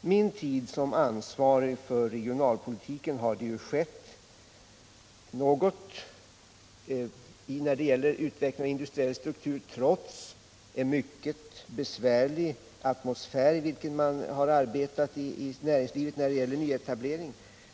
min tid som ansvarig för regionalpolitiken har det skett något när det gäller utveckling av industriell struktur, trots den mycket besvärliga atmosfär i vilken man har arbetat i näringslivet beträffande nyetablering.